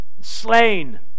slain